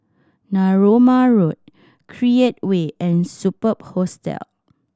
Narooma Road Create Way and Superb Hostel